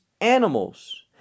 animals